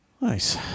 Nice